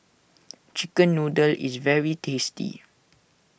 Chicken Noodles is very tasty